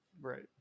Right